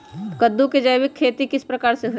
कददु के जैविक खेती किस प्रकार से होई?